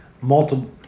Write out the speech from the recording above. multiple